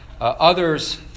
Others